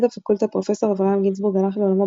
הפקולטה פרופ' אברהם גינזבורג הלך לעולמו,